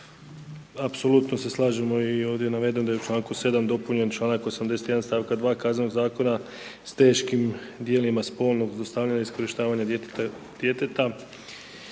apsolutno se slažemo i ovdje je navedeno da je u čl. 7. dopunjen čl. 81. st. 2. Kaznenog Zakona s teškim djelima spolnog zlostavljanja i iskorištavanja djeteta